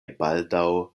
baldaŭ